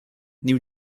new